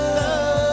love